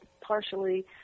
partially